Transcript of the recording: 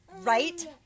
Right